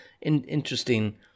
interesting